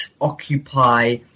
occupy